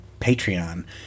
Patreon